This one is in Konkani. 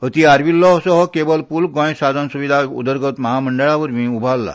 अति आर्विल्लो असो हो केबल पुल गोंय साधन सुविधा उदरगत महामंडळावरवी उभारला